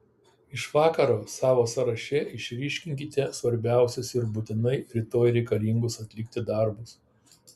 iš vakaro savo sąraše išryškinkite svarbiausius ir būtinai rytoj reikalingus atlikti darbus